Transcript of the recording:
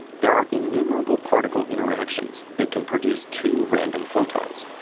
there are innumerable particle interactions that can produce two random photons.